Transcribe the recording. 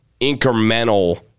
incremental